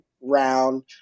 round